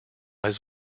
his